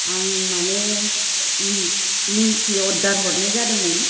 आं माने नेमकि अर्दार हरनाय जादोंमोन